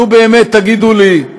נו, באמת, תגידו לי,